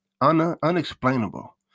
unexplainable